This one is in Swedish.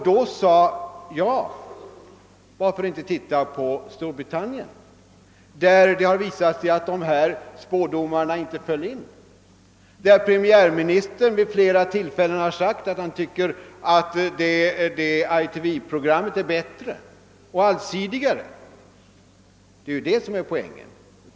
Då sade jag: Varför inte titta på Storbritannien, där det visat sig att spådomarna inte slagit in och där premiärministern vid flera tillfällen sagt att han tycker att ITA-programmet är bättre och allsidigare? Det är detta som är poängen.